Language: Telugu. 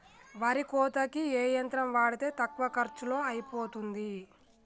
వరి కోతకి ఏ యంత్రం వాడితే తక్కువ ఖర్చులో అయిపోతుంది?